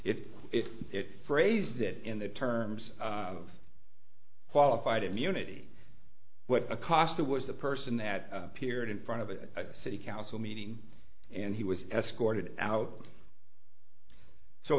if it phrased it in the terms of qualified immunity what acosta was the person that appeared in front of a city council meeting and he was escorted out so